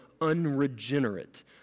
unregenerate